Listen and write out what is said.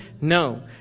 No